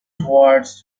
towards